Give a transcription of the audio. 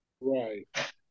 Right